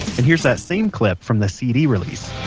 and here's that same clip from the cd release